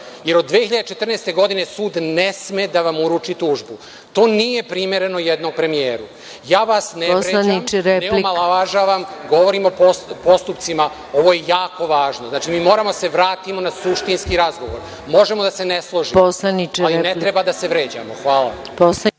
jer od 2014. godine sud ne sme da vam uruči tužbu. To nije primereno jednom premijeru. Ja vas ne vređam, ne omalovažavam, govorim o postupcima. Ovo je jako važno, moramo da se vratimo na suštinski razgovor. Možemo da se ne složimo, ali ne treba da se vređamo. Hvala.